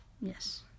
Yes